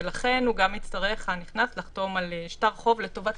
ולכן הנכנס גם יצטרך לחתום על שטר חוב לטובת